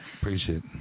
Appreciate